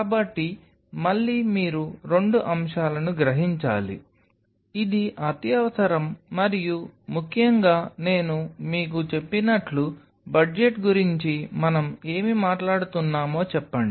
కాబట్టి మళ్ళీ మీరు రెండు అంశాలను గ్రహించాలి ఇది అత్యవసరం మరియు ముఖ్యంగా నేను మీకు చెప్పినట్లు బడ్జెట్ గురించి మనం ఏమి మాట్లాడుతున్నామో చెప్పండి